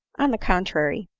on the contrary,